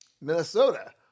Minnesota